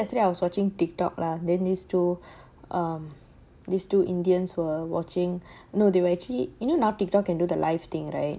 so yesterday I was watching tiktok lah then these two um these two indians were watching no they were actually you know now tiktok can do the live thing right